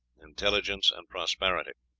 intelligence, and prosperity.